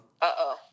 Uh-oh